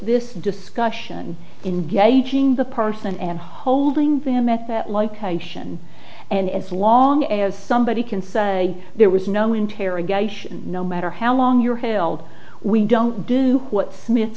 this discussion in gauging the person and holding zammit that like haitian and as long as somebody can say there was no interrogation no matter how long you're held we don't do what smith